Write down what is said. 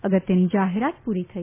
અગત્યની જાહેરાત પૂરી થઈ